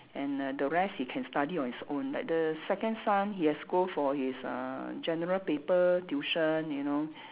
and uh the rest he can study on his own like the second son he has to go for his uh General Paper tuition you know